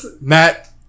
Matt